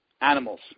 animals